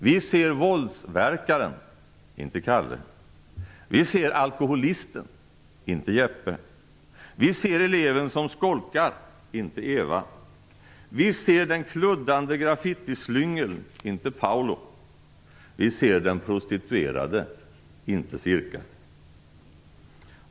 Vi ser våldsverkaren, inte Kalle. Vi ser alkoholisten, inte Jeppe. Vi ser eleven som skolkar, inte Eva. Vi ser den kluddande graffitislyngeln, inte Paulo. Vi ser den prostituerade, inte Sirkka.